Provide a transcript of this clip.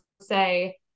say